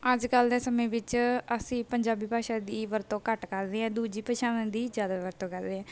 ਅੱਜ ਕੱਲ੍ਹ ਦੇ ਸਮੇਂ ਵਿੱਚ ਅਸੀਂ ਪੰਜਾਬੀ ਭਾਸ਼ਾ ਦੀ ਵਰਤੋਂ ਘੱਟ ਕਰਦੇ ਹਾਂ ਦੂਜੀਆਂ ਭਸ਼ਾਵਾਂ ਦੀ ਜ਼ਿਆਦਾ ਵਰਤੋਂ ਕਰਦੇ ਐ